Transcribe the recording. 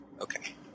Okay